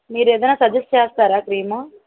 మీరు ఏదైనా సజెస్ట్ చేస్తారా క్రీము